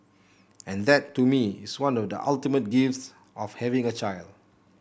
and that to me is one of the ultimate gifts of having a child